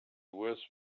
with